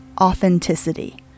authenticity